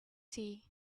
tea